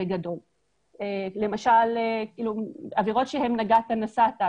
עבירות שהן נגעת נסעת,